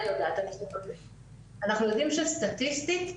אנחנו יודעים שסטטיסטית,